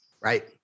Right